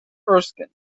erskine